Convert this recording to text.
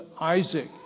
Isaac